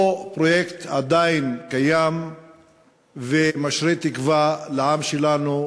אותו פרויקט עדיין קיים ומשרה תקווה על העם שלנו,